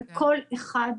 וכל אחד,